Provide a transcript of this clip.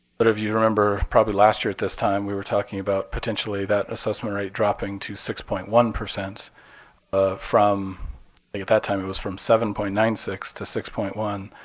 but if you remember probably last year at this time, we were talking about potentially that assessment rate dropping to six point one ah from like at that time it was from seven point nine six to six point one.